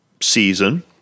season